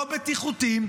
לא בטיחותיים,